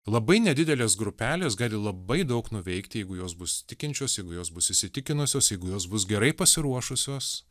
labai nedidelės grupelės gali labai daug nuveikti jeigu jos bus tikinčios jeigu jos bus įsitikinusios jeigu jos bus gerai pasiruošusios